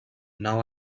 now